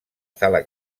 sala